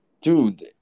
Dude